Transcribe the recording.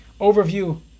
overview